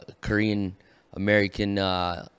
Korean-American